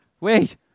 wait